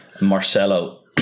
Marcelo